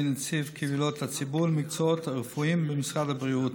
נציג קבילות הציבור למקצועות הרפואיים במשרד הבריאות.